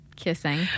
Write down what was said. kissing